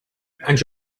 and